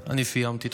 אני סיימתי.